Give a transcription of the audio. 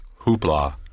Hoopla